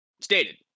stated